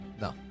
No